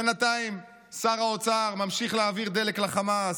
בינתיים שר האוצר ממשיך להעביר דלק לחמאס.